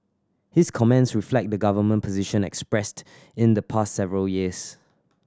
his comments reflect the government position expressed in the past several years